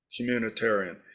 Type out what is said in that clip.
communitarian